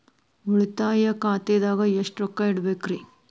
ಉಳಿತಾಯ ಖಾತೆದಾಗ ಎಷ್ಟ ರೊಕ್ಕ ಇಡಬೇಕ್ರಿ?